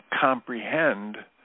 comprehend